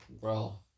bro